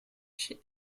chez